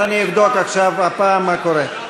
אז אני אבדוק הפעם מה קורה.